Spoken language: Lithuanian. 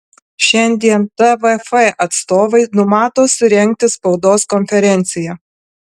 šiandien tvf atstovai numato surengti spaudos konferenciją